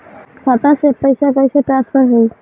खाता से पैसा कईसे ट्रासर्फर होई?